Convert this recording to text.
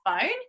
phone